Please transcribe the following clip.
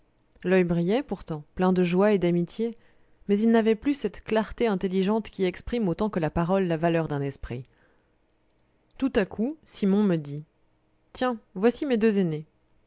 l'oeil brillait pourtant plein de joie et d'amitié mais il n'avait plus cette clarté intelligente qui exprime autant que la parole la valeur d'un esprit tout à coup simon me dit tiens voici mes deux aînés